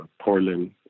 Portland